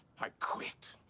i quit.